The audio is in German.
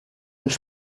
mich